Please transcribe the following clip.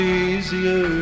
easier